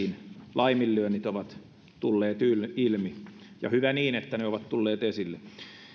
laiminlyönnit ovat tulleet ilmi ja hyvä niin että ne ovat tulleet esille